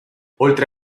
oltre